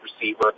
receiver